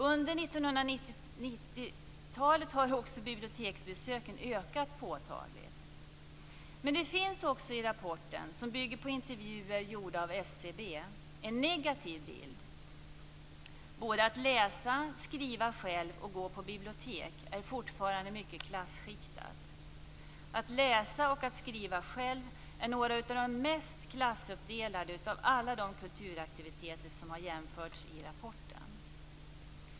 Under 1990-talet har också biblioteksbesöken ökat påtagligt. Det finns också i rapporten, som bygger på intervjuer gjorda av SCB, en negativ bild. Både att läsa, skriva själv och gå på bibliotek är fortfarande mycket klasskiktat. Att läsa och att skriva själv är några av de mest klassuppdelade kulturaktiviteter som har jämförts i rapporten.